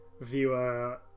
viewer